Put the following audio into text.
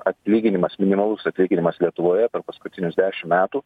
atlyginimas minimalus atlyginimas lietuvoje per paskutinius dešim metų